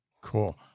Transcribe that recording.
Cool